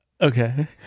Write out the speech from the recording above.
Okay